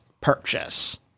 purchase